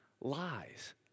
lies